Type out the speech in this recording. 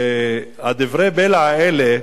דברי הבלע האלה,